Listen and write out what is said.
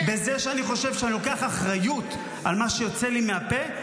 בזה שאני חושב שאני לוקח אחריות על מה שיוצא לי מהפה,